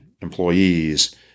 employees